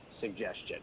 suggestion